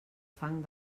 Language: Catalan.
fang